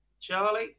charlie